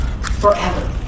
Forever